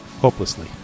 hopelessly